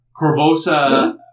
Corvosa